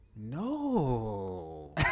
no